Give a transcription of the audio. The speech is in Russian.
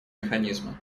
механизма